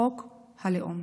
חוק הלאום.